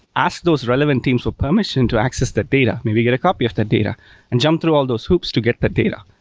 ask those relevant teams with permission to access their data. maybe get a copy of that data and jump through all those hoops to get that data.